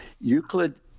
Euclid